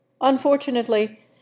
Unfortunately